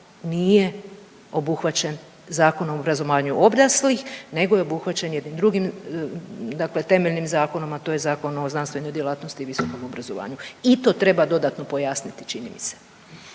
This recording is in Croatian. nije obuhvaćen Zakonom o obrazovanju odraslih nego je obuhvaćen jednim drugim dakle temeljnim zakonom, a to je Zakon o znanstvenoj djelatnosti i visokom obrazovanju i to treba dodatno pojasniti čini mi se.